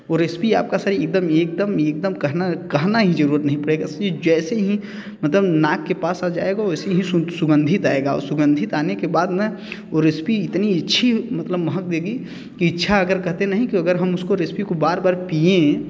वो recipe sir आपका एक दम एक दम एक दम कहना कहना की ज़रूरत नहीं पड़ेगी सिर्फ़ जैसे ही मतलब नाक के पास आ जाएगा वैसे ही सुगंधित आएगा और सुगंधित आने के बाद ना वो रेसिपी इतनी अच्छी मतलब महक देगी कि इच्छा अगर हम कहते नहीं अगर हम उसको रेसिपी को बार बार पिएँ